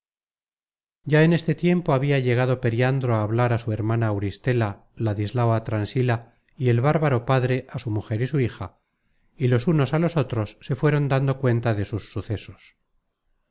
ya en este tiempo habia llegado periandro á hablar á su hermana auristela ladislao á transila y el bárbaro padre á su mujer y su hija y los unos á los otros se fueron dando cuenta de sus sucesos